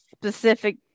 specific